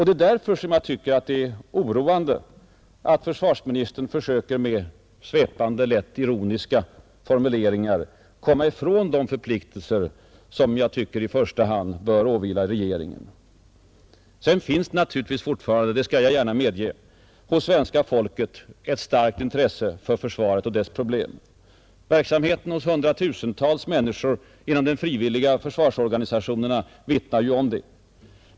Det är därför jag tycker att det är oroande att försvarsministern försöker att med svepande, lätt ironiska formuleringar komma ifrån de förpliktelser som i första hand bör åvila regeringen. Det finns naturligtvis fortfarande — det skall jag gärna medge — hos svenska folket ett starkt intresse för försvaret och dess problem. Verksamheten hos hundratusentals människor inom de frivilliga försvarsorganisationerna vittnar ju om det.